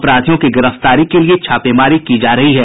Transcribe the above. अपराधियों की गिरफ्तारी के लिये छापेमारी की जा रही है